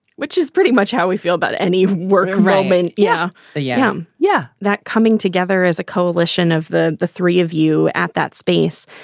which is pretty much how we feel about any work ragman. yeah. yeah. um yeah. that coming together as a coalition of the the three of you at that space,